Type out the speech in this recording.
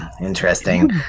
interesting